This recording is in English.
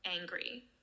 angry